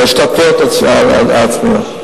של השתתפויות עצמיות.